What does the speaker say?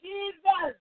Jesus